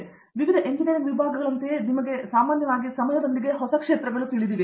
ಆದ್ದರಿಂದ ವಿವಿಧ ಎಂಜಿನಿಯರಿಂಗ್ ವಿಭಾಗಗಳಂತೆಯೇ ನಿಮಗೆ ಸಾಮಾನ್ಯವಾಗಿ ಸಮಯದೊಂದಿಗೆ ಹೊಸ ಪ್ರದೇಶಗಳು ತಿಳಿದಿವೆ